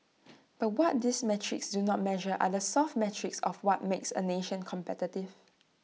but what these metrics do not measure are the soft metrics of what makes A nation competitive